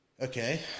Okay